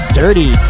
dirty